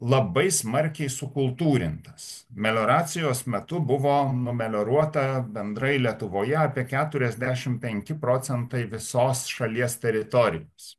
labai smarkiai sukultūrintas melioracijos metu buvo numelioruota bendrai lietuvoje apie keturiasdešim penki procentai visos šalies teritorijos